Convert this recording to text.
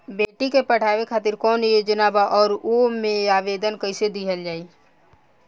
बेटी के पढ़ावें खातिर कौन योजना बा और ओ मे आवेदन कैसे दिहल जायी?